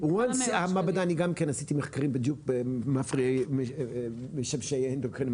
אני גם עשיתי מחקרים בדיוק במשבשי אנדוקרינים,